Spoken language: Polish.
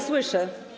Słyszę.